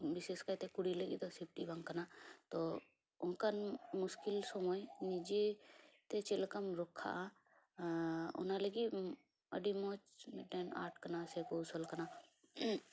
ᱵᱤᱥᱮᱥ ᱠᱟᱭᱛᱮ ᱛᱮ ᱠᱩᱲᱤ ᱞᱟᱹᱜᱤᱫ ᱫᱚ ᱥᱮᱯᱴᱤ ᱵᱟᱝ ᱠᱟᱱᱟ ᱛᱚ ᱚᱱᱠᱟᱱ ᱢᱩᱥᱠᱤᱱ ᱥᱚᱢᱚᱭ ᱱᱤᱡᱮ ᱛᱮ ᱪᱮᱫ ᱞᱮᱠᱟᱢ ᱨᱚᱠᱠᱷᱟᱜᱼᱟ ᱚᱱᱟ ᱞᱟᱹᱜᱤᱫ ᱟᱹᱰᱤ ᱢᱚᱡᱽ ᱢᱤᱫᱴᱮᱱ ᱟᱨᱴ ᱠᱟᱱᱟ ᱥᱮ ᱠᱳᱣᱥᱚᱞ ᱠᱟᱱᱟ